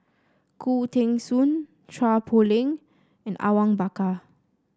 Khoo Teng Soon Chua Poh Leng and Awang Bakar